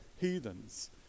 heathens